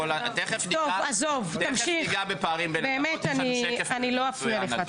עזוב, תמשיך, אני לא אפריע לך.